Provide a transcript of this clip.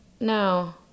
No